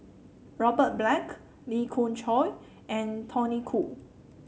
Robert Black Lee Khoon Choy and Tony Khoo